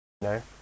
no